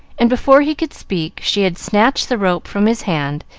and, before he could speak, she had snatched the rope from his hand,